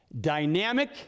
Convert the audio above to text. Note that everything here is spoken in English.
dynamic